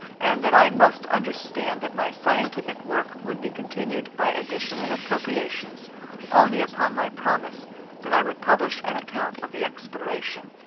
and that i must understand that my scientific work would be continued by additional appropriations only upon my promise that i would publish an account of the exploration.